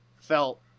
felt